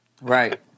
Right